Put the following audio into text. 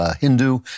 Hindu